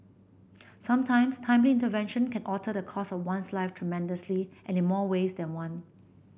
sometimes timely intervention can alter the course of one's life tremendously and in more ways than one